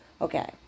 Okay